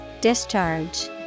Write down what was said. Discharge